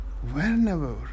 Whenever